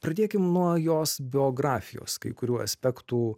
pradėkim nuo jos biografijos kai kurių aspektų